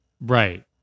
Right